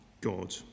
God